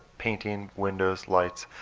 painting, windows, lights,